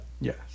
Yes